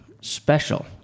special